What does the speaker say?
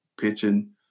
pitching